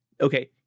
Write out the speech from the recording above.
Okay